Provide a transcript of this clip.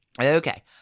Okay